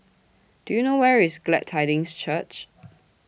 Do YOU know Where IS Glad Tidings Church